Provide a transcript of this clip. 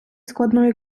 складної